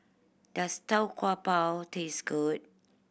does Tau Kwa Pau taste good